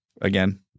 again